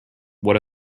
what